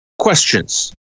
questions